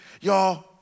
y'all